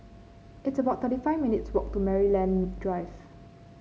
it's about thirty five minutes' walk to Maryland Drive